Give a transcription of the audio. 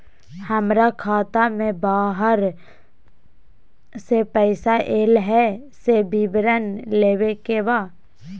हमरा खाता में बाहर से पैसा ऐल है, से विवरण लेबे के बा?